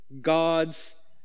God's